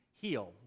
heal